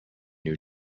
new